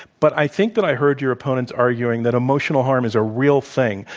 but i think that i heard your opponents arguing that emotional harm is a real thing,